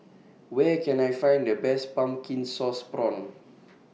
Where Can I Find The Best Pumpkin Sauce Prawns